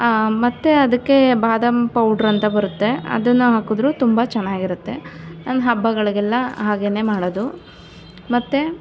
ಮತ್ತೆ ಅದಕ್ಕೆ ಬಾದಾಮಿ ಪೌಡ್ರ್ ಅಂತ ಬರುತ್ತೆ ಅದನ್ನು ಹಾಕಿದ್ರು ತುಂಬ ಚೆನ್ನಾಗಿರುತ್ತೆ ನಾನು ಹಬ್ಬಗಳಿಗೆಲ್ಲ ಹಾಗೆನೇ ಮಾಡೋದು ಮತ್ತೆ